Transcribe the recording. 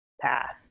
path